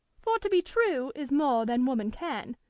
for to be true is more than woman can,